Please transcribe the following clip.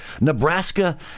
Nebraska